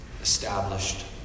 established